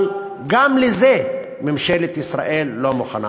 אבל גם לזה ממשלת ישראל לא מוכנה.